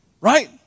Right